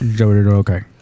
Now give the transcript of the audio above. okay